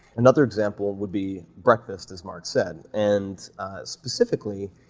another example would be breakfast, as mark said, and specifically,